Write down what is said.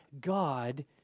God